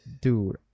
Dude